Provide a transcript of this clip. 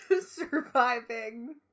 surviving